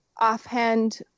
offhand